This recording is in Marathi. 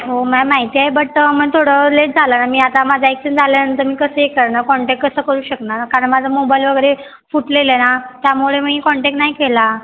हो मॅम माहितेय बट मग थोडं लेट झाला आहे ना मी आता माझा ॲक्सिडंट झाल्यावरती मी कसं हे करणार कॉन्टॅक्ट कसं करू शकणार ना कारण माझा मोबाईल वगैरे फुटलेला ना त्यामुळे मी कॉन्टॅक्ट नाही केला